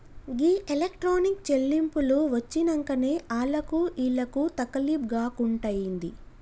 గీ electronic చెల్లింపులు వచ్చినంకనే ఆళ్లకు ఈళ్లకు తకిలీబ్ గాకుంటయింది